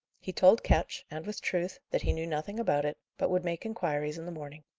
he told ketch and with truth that he knew nothing about it, but would make inquiries in the morning.